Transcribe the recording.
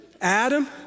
Adam